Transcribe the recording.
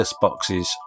boxes